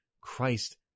christ